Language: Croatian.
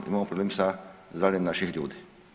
Imamo problem sa zdravljem naših ljudi.